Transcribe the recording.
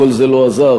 כל זה לא עזר,